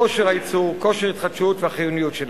כושר הייצור, כושר התחדשות והחיוניות שלהם,